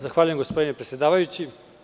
Zahvaljujem, gospodine predsedavajući.